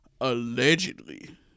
allegedly